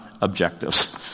Objectives